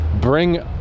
Bring